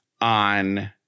on